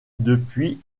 depuis